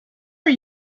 are